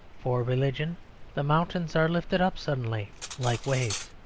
for religion the mountains are lifted up suddenly like waves.